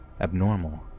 abnormal